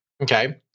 okay